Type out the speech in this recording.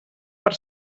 per